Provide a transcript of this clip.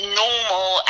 normal